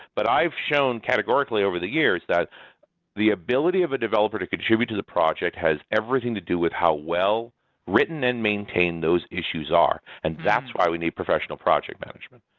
but i've shown categorically over the years that the ability of a developer to contribute to the project has everything to do with how well written and maintained those issues are, and that's why we need professional project management.